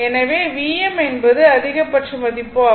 எனவே Vm என்பது அதிகபட்ச மதிப்பு ஆகும்